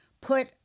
put